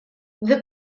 the